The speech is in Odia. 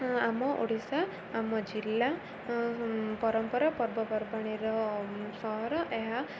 ଆମ ଓଡ଼ିଶା ଆମ ଜିଲ୍ଲା ପରମ୍ପରା ପର୍ବପର୍ବାଣୀର ସହର ଏହା